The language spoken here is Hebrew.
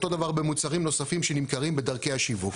אותו דבר במוצרים נוספים שנמכרים בדרכי השיווק.